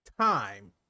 time